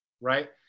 Right